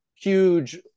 huge